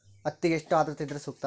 ಹತ್ತಿಗೆ ಎಷ್ಟು ಆದ್ರತೆ ಇದ್ರೆ ಸೂಕ್ತ?